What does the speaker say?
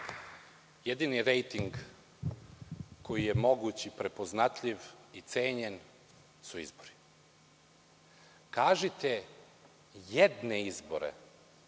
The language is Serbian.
Jedini rejting koji je moguć, prepoznatljiv i cenjen su izbori. Kažite jedne izbore